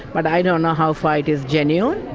but i don't know how far it is genuine.